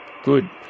Good